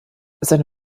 seine